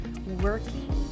working